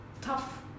Tough